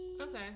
Okay